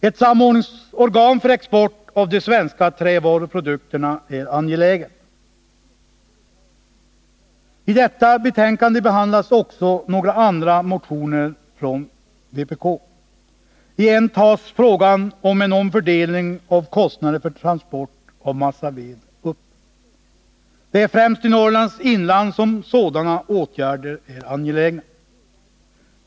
Ett samordningsorgan för export av de svenska trävaruprodukterna är angeläget. I detta betänkande behandlas också några andra motioner från vpk. I en tas frågan om en omfördelning av kostnader för transport av massaved upp. Det är främst i Norrlands inland som sådana åtgärder är angelägna.